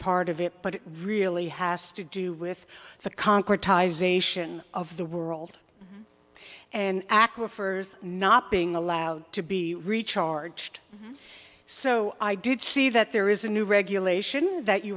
part of it but it really has to do with the concretize ation of the world and aquifers not being allowed to be recharged so i did see that there is a new regulation that you